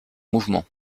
mouvement